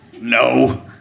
No